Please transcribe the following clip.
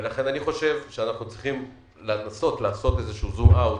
לכן אני חושב שאנחנו צריכים לנסות לעשות זום אאוט,